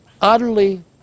utterly